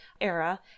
era